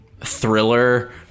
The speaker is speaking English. thriller